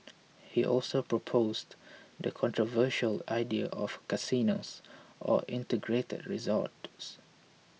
he also proposed the controversial idea of casinos or integrated resorts